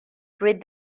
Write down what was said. breed